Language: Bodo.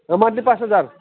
मान्थलि पास हाजार